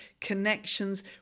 connections